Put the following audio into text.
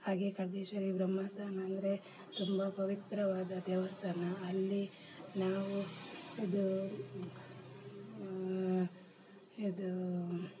ಹಾಗೇ ಖಡ್ಗೇಶ್ವರಿ ಬ್ರಹ್ಮಸ್ತಾನ ಅಂದರೆ ತುಂಬಾ ಪವಿತ್ರವಾದ ದೇವಸ್ಥಾನ ಅಲ್ಲಿ ನಾವು ಇದು ಇದು